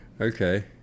okay